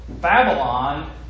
Babylon